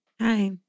hi